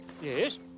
Yes